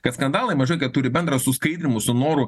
kad skandalai mažai ką turi bendra su skaidrymu su noru